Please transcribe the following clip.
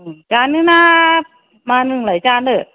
जानो ना मानो नोंनोलाय जानो